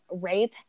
rape